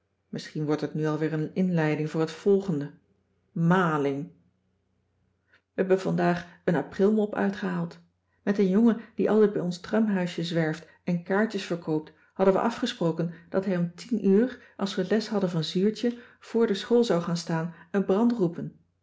misschien wordt het nu al weer een inleiding voor het volgende maling we hebben vandaag een aprilmop uitgehaald met een jongen die altijd bij ons tramhuisje zwerft en kaartjes verkoopt hadden we afgesproken dat hij om tien uur als we les hadden van zuurtje voor de school zou gaan staan en brand roepen